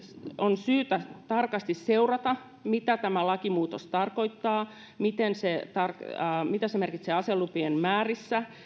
on syytä tarkasti seurata mitä tämä lakimuutos tarkoittaa mitä se merkitsee aselupien määrissä